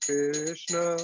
Krishna